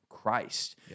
christ